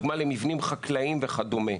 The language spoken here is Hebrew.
למבנים חקלאיים וכדומה.